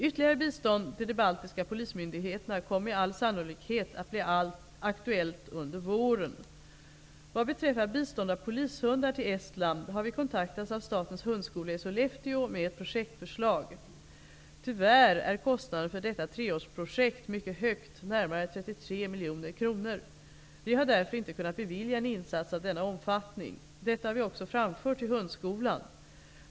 Ytterligare bistånd till de baltiska polismyndigheterna kommer med all sannolikhet att bli aktuellt under våren. Vad beträffar bistånd av polishundar till Estland har vi kontaktats av Statens hundskola i Sollefteå med ett projektförslag. Tyvärr är kostnaden för detta treårsprojekt mycket hög, närmare 33 miljoner kronor. Vi har därför inte kunnat bevilja en insats av denna omfattning. Detta har vi också framfört till Hundskolan.